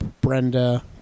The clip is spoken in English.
Brenda